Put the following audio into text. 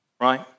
right